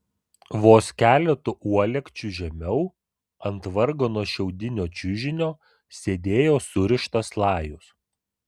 vos keletu uolekčių žemiau ant vargano šiaudinio čiužinio sėdėjo surištas lajus